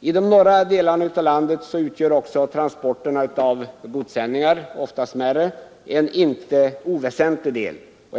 I de norra delarna av landet utgör godstransporterna, ofta smärre sådana, en inte oväsentlig del av trafikarbetet.